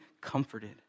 comforted